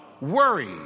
worry